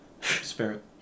Spirit